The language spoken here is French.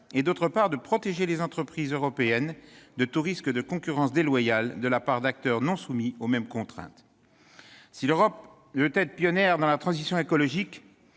et, d'autre part, de protéger les entreprises européennes contre tout risque de concurrence déloyale de la part d'acteurs non soumis aux mêmes contraintes. Si l'Europe veut être pionnière dans la transition écologique,